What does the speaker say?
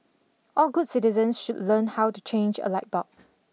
all good citizens should learn how to change a light bulb